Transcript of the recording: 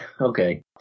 okay